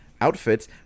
outfits